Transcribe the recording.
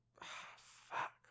fuck